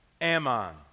Ammon